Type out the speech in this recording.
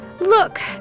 Look